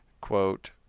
quote